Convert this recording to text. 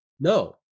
No